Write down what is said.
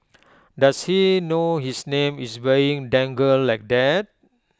does he know his name is dangled like that